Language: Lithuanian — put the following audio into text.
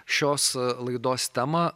šios laidos temą